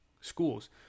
schools